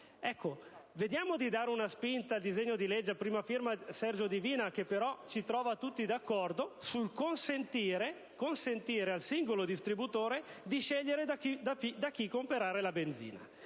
Vediamo di dare una spinta al disegno di legge a prima firma Sergio Divina, che però ci trova tutti d'accordo, là dove consente al singolo distributore di scegliere da chi comperare la benzina.